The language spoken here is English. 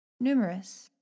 Numerous